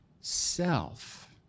self